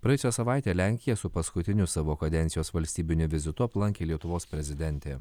praėjusią savaitę lenkija su paskutiniu savo kadencijos valstybiniu vizitu aplankė lietuvos prezidentė